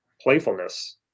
playfulness